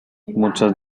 muchas